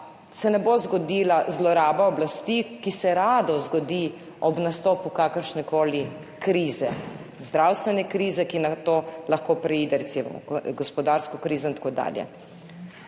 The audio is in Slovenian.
se ne bo zgodila zloraba oblasti, kar se rado zgodi ob nastopu kakršnekoli krize, zdravstvene krize, ki nato lahko preide recimo v gospodarsko krizo in tako dalje.